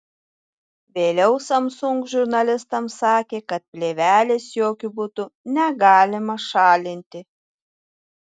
vėliau samsung žurnalistams sakė kad plėvelės jokiu būdu negalima šalinti